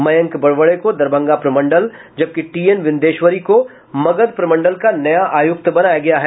मयंक वड़वड़े को दरभंगा प्रमंडल जबकि टीएन विंधेश्वरी को मगध प्रमंडल का नया आयुक्त बनाया गया है